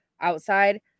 outside